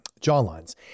jawlines